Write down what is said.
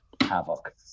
havoc